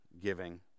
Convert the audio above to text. giving